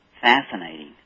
fascinating